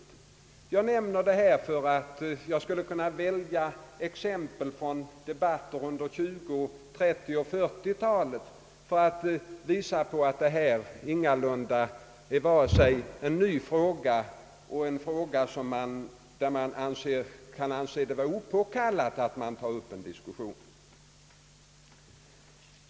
Jag nämner detta, men jag skulle också kunna välja exempel från debatter under 1920-, 1930 och 1940-talen, för att visa att det här ingalunda är vare sig en ny fråga eller en fråga, där man kan anse det vara opåkallat att ta upp en diskussion.